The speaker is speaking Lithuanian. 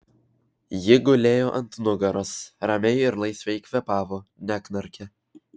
ji gulėjo ant nugaros ramiai ir laisvai kvėpavo neknarkė